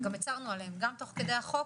גם הצהרנו עליהם גם תוך כדי החוק,